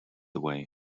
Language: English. away